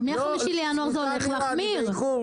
מ-5 בינואר זה הולך להחמיר.